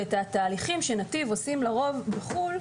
התהליכים שנתיב עושה לרוב בחוץ לארץ,